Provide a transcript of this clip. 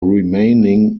remaining